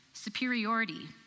Superiority